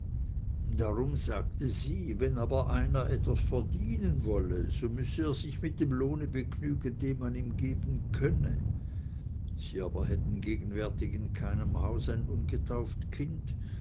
darum sagte sie wenn aber einer etwas verdienen wolle so müßte er sich mit dem lohne begnügen den man ihm geben könne sie aber hätten gegenwärtig in keinem hause ein ungetauft kind